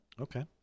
Okay